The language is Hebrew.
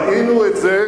ראינו את זה